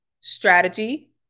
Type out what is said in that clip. strategy